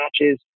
matches